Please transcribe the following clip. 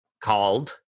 called